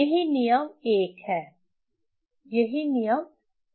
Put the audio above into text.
यही नियम 1 है यही नियम 1 है